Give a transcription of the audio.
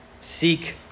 Seek